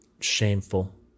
Shameful